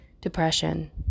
depression